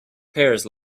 pears